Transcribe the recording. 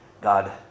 God